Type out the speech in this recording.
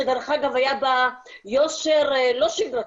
שדרך אגב היה בה יושר לא שגרתי,